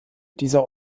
dieser